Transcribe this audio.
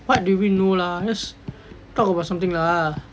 what do you mean no lah just talk about something lah